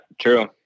true